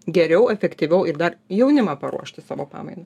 geriau efektyviau ir dar jaunimą paruošti savo pamainai